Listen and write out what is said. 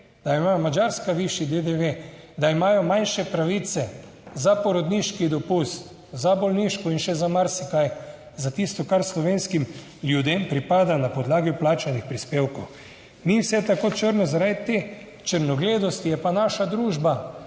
Da ima Madžarska višji DDV. Da imajo manjše pravice, za porodniški dopust, za bolniško in še za marsikaj, za tisto, kar slovenskim ljudem pripada na podlagi vplačanih prispevkov. Ni vse tako črno. Zaradi te črnogledosti je pa naša družba